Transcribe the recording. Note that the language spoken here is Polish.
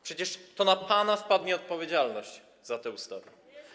Przecież to na pana spadnie odpowiedzialność za te ustawy.